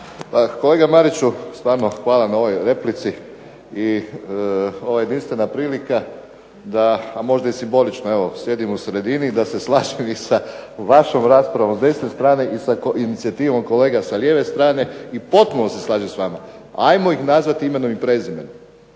kolega Mariću, stvarno hvala na ovoj replici i ovo je jedinstvena prilika da, a možda i simbolična, evo sjedim u sredini da se slažem i sa vašom raspravom sa desne strane i sa inicijativom kolega sa lijeve strane i potpuno se slažem s vama. Ajmo ih nazvati imenom i prezimenom.